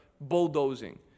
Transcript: bulldozing